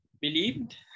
believed